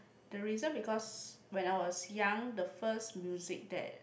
the reason because when I was young the first music that